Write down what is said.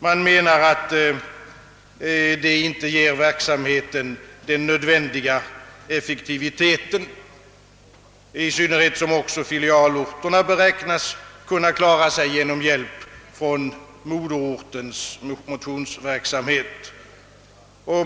Man hävdar, att det inte ger verksamheten den nödvändiga effektiviteten, i synnerhet som filialorterna beräknas kunna klara sig genom hjälp från moderorten, när det gäller motionsverksamheten.